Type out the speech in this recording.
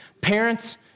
Parents